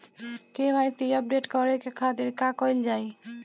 KYC update करे के खातिर का कइल जाइ?